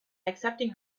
accepting